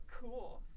Cool